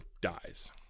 dies